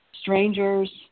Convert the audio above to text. strangers